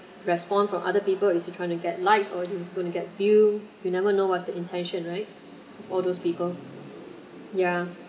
respond from other people is he trying to get likes or is he trying to get view you never know what's the intention right all those people yeah